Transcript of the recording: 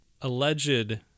alleged